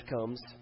comes